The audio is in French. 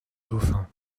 dauphin